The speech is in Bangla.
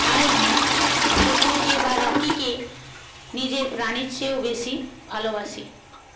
তাই আমি কুকুরকে বা রকিকে নিজের প্রাণের চেয়েও বেশি ভালোবাসি